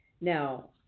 Now